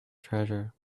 treasure